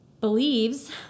believes